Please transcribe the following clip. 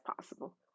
possible